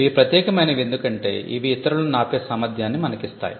ఇవి ప్రత్యేకమైనవి ఎందుకంటే ఇవి ఇతరులను ఆపే సామర్థ్యాన్ని ఇస్తాయి